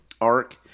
arc